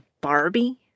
Barbie